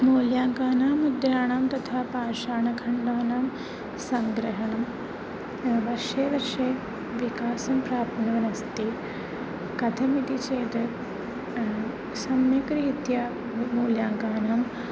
मूल्याङ्कानां मुद्राणां तथा पाषाणखण्डानां सङ्ग्रहणं वर्षे वर्षे विकासं प्राप्नुवन् अस्ति कथमिति चेत् सम्यक् रीत्या मु मूल्याङ्कानां